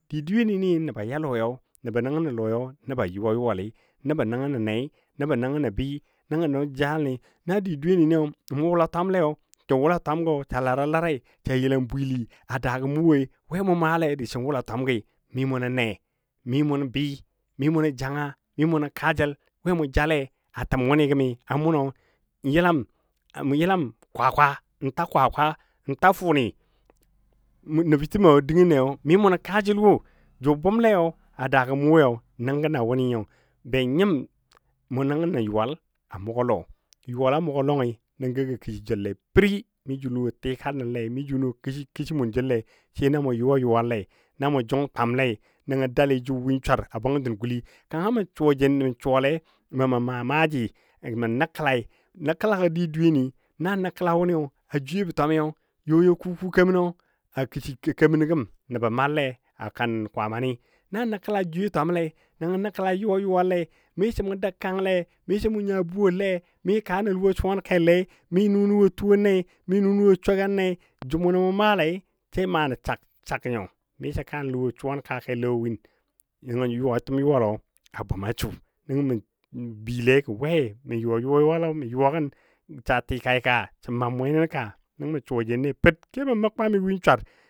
Di dweyeni nəba yaa lɔi nəba nəngnɔ lɔi nəba yuwa yuwali nəbɔ nəngən nei, nəbɔ nəngən bɨi nəbɔ nangən jəjaləni na di dweyeni mu wʊla twanle sən wʊla twamgɔ sa lara larai sa yəlam bwili a daagɔ mʊ woi we mu maale disən wʊla twangii, mi mʊ nə ne, mi mʊ nə bɨi, mi mu nən janga mi munə kaajəl we mu jale a təm wʊnɨ gəmi mʊnɔ yelam kwakwa n ta kwakwa ta funi nəfitəmɔ dəngəne mi mʊ nə kaajəl wo, jʊ bʊmle a daagə mʊ woi nəngə na wʊnɨ nyo be nyim mʊ nəngən nə yuwal a mʊgɔ lɔ yuwalɔ a mʊgɔ lɔi nangɔ gə kishi jəlle perri mi jʊnɨ wo tika nəl mi jʊnɨ wo kishi mun jəllei sai na mu yuwa yuwal le mu jʊng twamlei nəngɔ jʊ win swar a bwanatən guli kanga mə suwa jen suwalei mə mə maa maaji mə nə kəlai nə kəlagɔ di dweyeni na nə kəli wʊnɨ a jwiyo bə twami yɔ yɔ ku ku kemanɔ a kishi kemanɔ gəm nəbɔ malle a kan Kwaamani, na nəkəla jwiyo twamle nəngɔ nəkəla yuwa yuwal lei miso mʊ dəg kang le miso mu nya buwalle mi ka nəl wo suwan kellei mi nʊnɨ wo tuwon nei mi nʊnɨ wo sogan nei jə mʊnɔ mʊ maalei sai maa nən sag sag nyo misɔ kaa nəl wo suwan kaajəlle wo win, yuwa təm yuwalɔ a bʊma su nəngɔ mə bəile gɔ we mə yuwa yuwa yuwalo sa tikaika sən maam we nə ka nəngɔ ma suwa jenne per kebɔ mə kwami win swar.